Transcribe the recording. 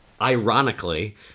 ironically